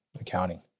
accounting